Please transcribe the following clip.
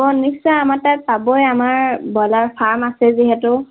অঁ নিশ্চয় আমাৰ তাত পাবই আমাৰ ব্ৰইলাৰ ফাৰ্ম আছে যিহেতু